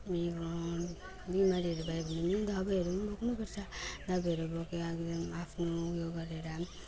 मेरो बिमारीहरू भयो भने पनि दबाईहरू नि बोक्नु पर्छ दबाईहरू बोकेर आफ्नो ऊ यो गरेर